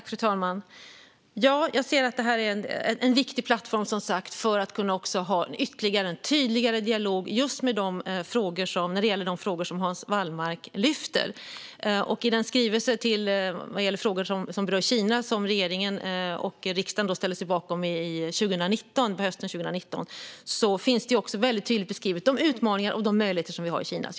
Fru talman! Det här är som sagt en viktig plattform för att kunna ha en tydligare dialog när det gäller just de frågor som Hans Wallmark lyfter fram. I den skrivelse vad gäller frågor som berör Kina som regeringen och riksdagen ställde sig bakom hösten 2019 beskrivs väldigt tydligt de utmaningar och möjligheter som vi har i Kina.